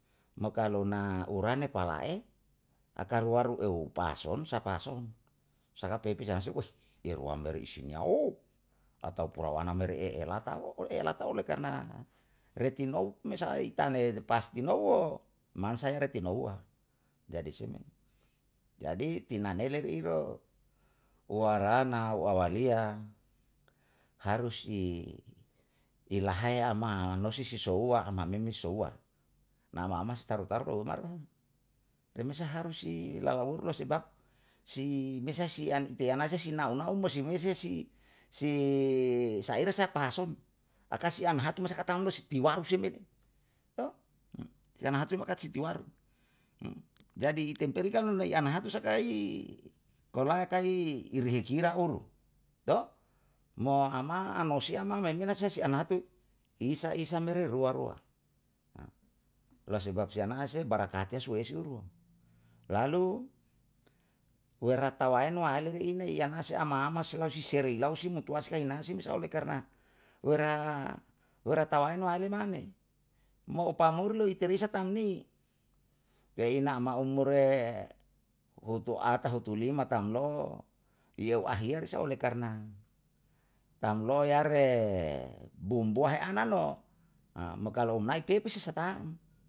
Mo kalu na urane pala'e, akaruaru eu pason sa pason, sakai pepei sa na si ye ruam me ri isinyao atau purawana me re elata, elatao oleh karna rtinio me sa'a itane pastinouwo, mansa retinouwa. Jadi se me, jadi tinanele re iro, warana, wawalia, harus i ialahae ama nosi si sohua amameme souwa, nama ama si taru taru ko unarao, remesa harus si lawauru lo sebab si mesa si an ite anase si nau nau mo si mese si si saire saha pason, akasi an hatu masa ka tam lo si tiwaru me mete, to? tanahatu ye maka si tiwaru. Jadi itemperi kan nonai tanahatu sakai kolakai kai irihe kira uru, to? Mo ama anosia mai mena si ananate, isa isa mere rua rua, lo sebab siyana'ase barakate suesi uru. Lalu wera tawaen no aele inai anase ama ama selalu si serie lau simutuwasi, kahiansi, mesa oleh karna wara tawaen waele mane, mo opmuri lo ite risa tam ni. Ye ina ama umure hutuata hutulima tamlo'o i eu ahiya risa oleh karna tamlo yare bumbu hae anano mo kalu unai kepe, se sa tam